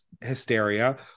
hysteria